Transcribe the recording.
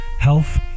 health